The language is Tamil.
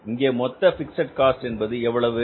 இங்கே மொத்த பிக்ஸட் காஸ்ட் என்பது எவ்வளவு